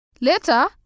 Later